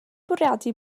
bwriadu